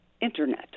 Internet